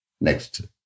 Next